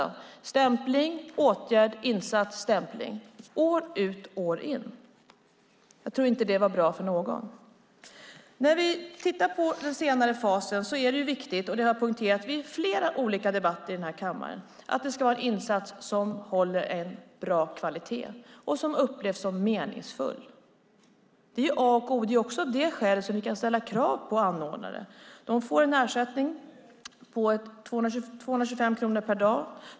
Det var stämpling, åtgärd, insats, stämpling - år ut och år in. Jag tror inte att det var bra för någon. När vi tittar på den senare fasen är det viktigt, vilket jag har poängterat i flera olika debatter i denna kammare, att det är en insats som håller en bra kvalitet och som upplevs som meningsfull. Det är A och O. Det är också av detta skäl som vi kan ställa krav på anordnare. De får en ersättning på 225 kronor per dag.